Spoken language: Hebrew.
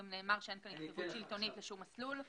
גם נאמר שאין פה התערבות שלטונית בשום מסלול.